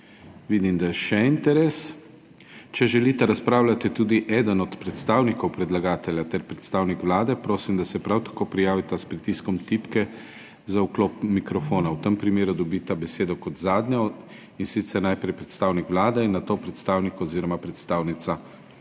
Vidim, da je še interes. Če želita razpravljati tudi eden od predstavnikov predlagatelja ter predstavnik Vlade, prosim, da se prav tako prijavita s pritiskom tipke za vklop mikrofona. V tem primeru dobita besedo kot zadnja, in sicer najprej predstavnik Vlade in nato predstavnik oziroma predstavnica